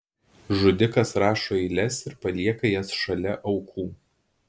žudikas rašo eiles ir palieka jas šalia aukų